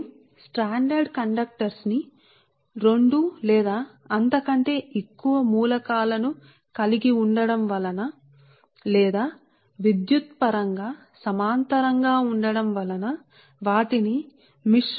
అవి 2 లేదా అంతకంటే ఎక్కువ మూలకాలను కలిగి ఉంటాయి లేదా అవి 2 లేదా అంతకంటే ఎక్కువ మూలకాలను కలిగి ఉంటాయి లేదా విద్యుత్తు గా సమాంతరంగా నిలబడతాయి